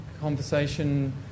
conversation